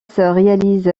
réalise